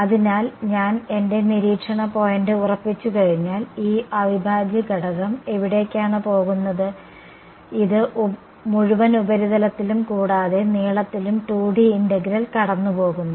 അതിനാൽ ഞാൻ എന്റെ നിരീക്ഷണ പോയിന്റ് ഉറപ്പിച്ചുകഴിഞ്ഞാൽ ഈ അവിഭാജ്യഘടകം എവിടേക്കാണ് പോകുന്നത് ഇത് മുഴുവൻ ഉപരിതലത്തിലും കൂടാതെ നീളത്തിലും 2D ഇന്റഗ്രൽ കടന്നുപോകുന്നു